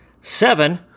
seven